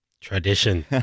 Tradition